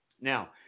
Now